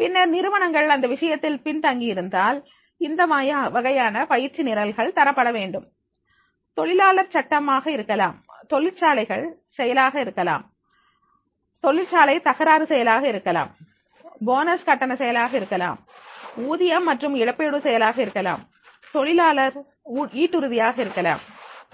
பின்னர் நிறுவனங்கள் இந்த விஷயத்தில் பின்தங்கி இருந்தால் இந்த வகையான பயிற்சி நிரல்கள் தரப்பட வேண்டும் தொழிலாளர் சட்டம் ஆக இருக்கலாம் தொழிற்சாலைகள் செயலாக இருக்கலாம் தொழிற்சாலை தகராறு செயலாக இருக்கலாம் போனஸ் கட்டண செயலாக இருக்கலாம் ஊதியம் மற்றும் இழப்பீடு செயலாக இருக்கலாம் தொழிலாளர் ஈட்டுறுதியாக இருக்கலாம்